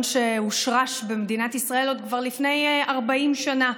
שהושרש במדינת ישראל כבר לפני 40 שנה.